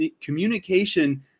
communication